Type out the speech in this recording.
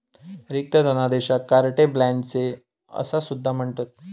रिक्त धनादेशाक carte blanche असा सुद्धा म्हणतत